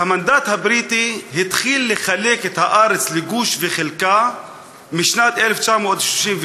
שהמנדט הבריטי התחיל לחלק את הארץ לגוש וחלקה משנת 1932,